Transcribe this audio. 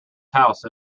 house